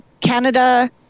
Canada